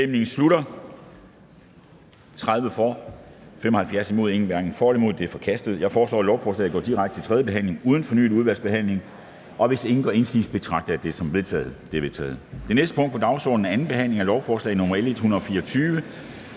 en fejl), hverken for eller imod stemte 0. Det er forkastet. Jeg foreslår, at lovforslaget går direkte til tredje behandling uden fornyet udvalgsbehandling. Hvis ingen gør indsigelse, betragter jeg dette som vedtaget. Det er vedtaget. --- Det næste punkt på dagsordenen er: 13) 2. behandling af lovforslag nr. L 124: